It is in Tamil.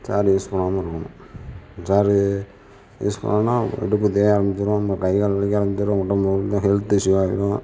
சேர் யூஸ் பண்ணாமல் இருக்கணும் சேர் யூஸ் பண்ணோம்னா இடுப்பு தேய ஆரமிச்சிரும் நம்ம கை கால் வலிக்க ஆரமிச்சிரும் உடம்பு ஹெல்த் இஸ்யூவாகிடும்